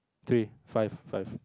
three five five